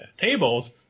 tables